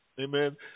Amen